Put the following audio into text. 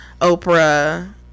oprah